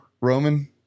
Roman